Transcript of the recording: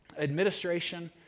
administration